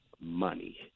money